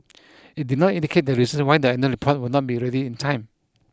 it did not indicate the reason why the annual report will not be ready in time